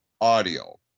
audio